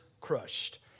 crushed